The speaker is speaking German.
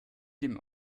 dem